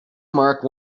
mark